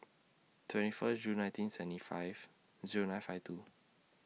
twenty First June nineteen seventy five Zero nine five two